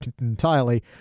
entirely